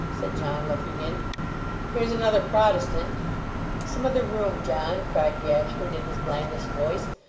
said john, looking in here's another protestant some other room, john cried gashford in his blandest voice.